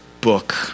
book